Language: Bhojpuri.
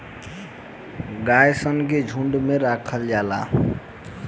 गाय सन के झुंड में राखल जाला